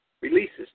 releases